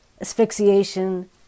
asphyxiation